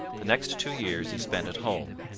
the next two years he spent at home,